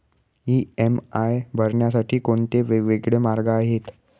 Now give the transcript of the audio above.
EMI भरण्यासाठी कोणते वेगवेगळे मार्ग आहेत?